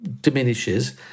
diminishes